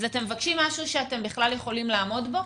אז אתם מבקשים משהו שאתם בכלל יכולים לעמוד בו?